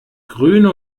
grüne